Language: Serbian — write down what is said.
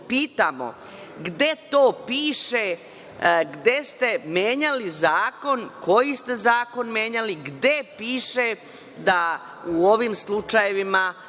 beba. Pitamo, gde to piše gde ste menjali zakon, koji ste zakon menjali, gde piše da u ovim slučajevima